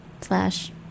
slash